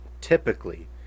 typically